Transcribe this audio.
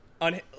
On